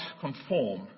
conform